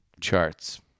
charts